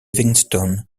lewiston